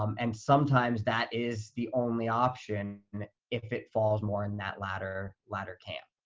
um and sometimes that is the only option if it falls more in that latter latter camp.